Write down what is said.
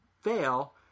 fail